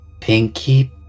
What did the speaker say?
Pinky